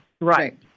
Right